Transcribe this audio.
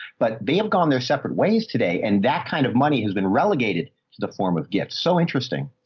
but vm gone their separate ways today and that kind of money has been relegated to the form of gifts. so interesting.